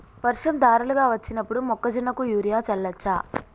వర్షం ధారలుగా వచ్చినప్పుడు మొక్కజొన్న కు యూరియా చల్లచ్చా?